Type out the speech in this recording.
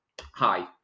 Hi